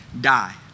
die